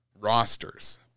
rosters